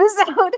episode